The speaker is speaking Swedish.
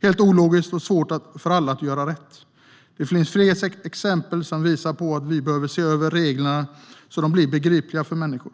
Det är helt ologiskt, och det är svårt för alla att göra rätt. Det finns fler exempel som visar på att vi behöver se över reglerna så att de blir begripliga för människor.